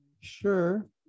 Sure